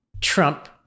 Trump